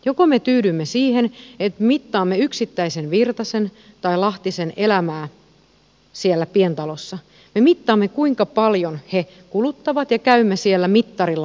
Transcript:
joko me tyydymme siihen että mittaamme yksittäisen virtasen tai lahtisen elämää siellä pientalossa me mittaamme kuinka paljon he kuluttavat ja käymme siellä mittarilla mittaamassa